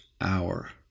hour